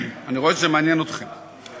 אני רואה שזה מעניין אתכם.